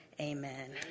amen